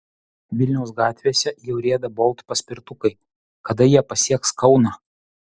vilniaus gatvėse jau rieda bolt paspirtukai kada jie pasieks kauną